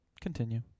Continue